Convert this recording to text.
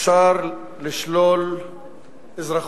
אפשר לשלול אזרחות.